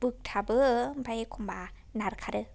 बोगथाबो ओमफ्राय एखम्बा नारखारो